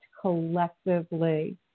collectively